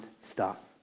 stop